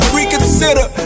Reconsider